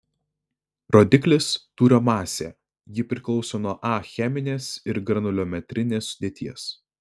rodiklis tūrio masė ji priklauso nuo a cheminės ir granuliometrinės sudėties